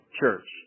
church